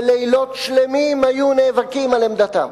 ולילות שלמים היו נאבקים על עמדתם.